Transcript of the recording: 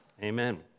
Amen